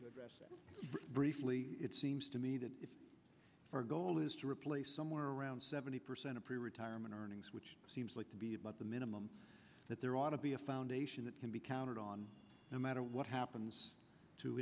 to address it briefly it seems to me that if for goal is to replace somewhere around seventy percent approve retirement earnings which seems like to be above the minimum that there ought to be a foundation that can be counted on no matter what happens to